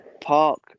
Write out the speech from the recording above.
park